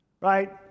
right